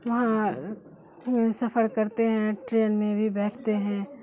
وہاں سفر کرتے ہیں ٹرین میں بھی بیٹھتے ہیں